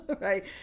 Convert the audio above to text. right